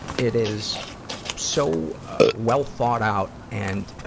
it is so, ah well thought out and,